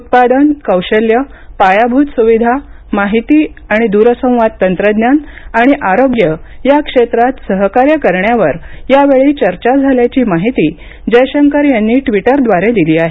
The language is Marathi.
उत्पादन कौशल्य पायाभूत सुविधा माहिती आणि दूरसंवाद तंत्रज्ञान आणि आरोग्य क्षेत्रात सहकार्य करण्यावर यावेळी चर्चा झाल्याची माहिती जयशंकर यांनी ट्विटरद्वारे दिली आहे